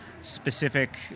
specific